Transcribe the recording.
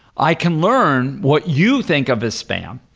i can learn what you think of as spam.